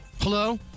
Hello